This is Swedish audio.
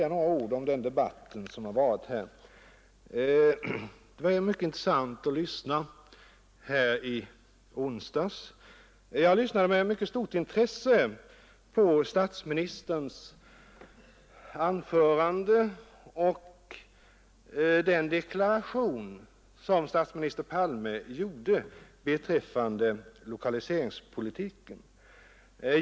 Jag vill sedan, herr talman, säga några ord som kommentar till den debatt som förts här under dessa två dagar. Jag lyssnade med stort intresse på statsministerns anförande i onsdags och på den deklaration som statsminister Palme gjorde beträffande lokaliseringspolitiken.